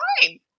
fine